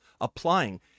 applying